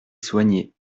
soigné